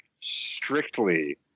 strictly